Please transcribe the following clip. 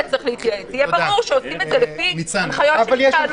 יהיה ברור שעושים את זה לפי הנחיות של התקהלות.